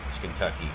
Kentucky